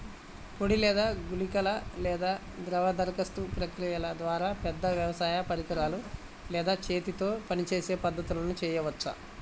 పొడి లేదా గుళికల లేదా ద్రవ దరఖాస్తు ప్రక్రియల ద్వారా, పెద్ద వ్యవసాయ పరికరాలు లేదా చేతితో పనిచేసే పద్ధతులను చేయవచ్చా?